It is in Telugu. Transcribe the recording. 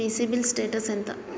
మీ సిబిల్ స్టేటస్ ఎంత?